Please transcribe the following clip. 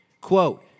quote